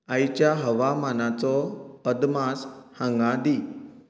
आयच्या हवामानाचो अदमास हांगां दी